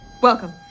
Welcome